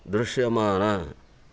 దృశ్యమాన